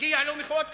מגיע לו מחיאות כפיים.